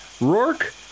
Rourke